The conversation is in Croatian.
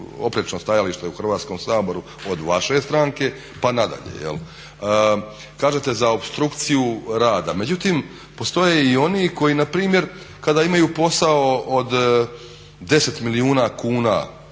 oprečno stajalište u Hrvatskom saboru od vaše stranke pa nadalje. Kažete za opstrukciju rada. Međutim, postoje i oni koji na primjer kada imaju posao od 10 milijuna kuna